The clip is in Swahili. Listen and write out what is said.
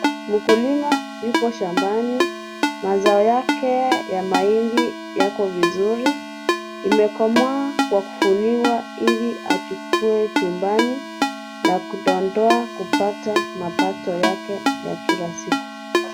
Mkulima yuko shambani. Mazao yake ya mahindi yako vizuri. Imekomaa kwa kufuriwa ili achukue chumbani na kudongoa kupata mapato yake ya kila siku.